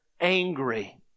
angry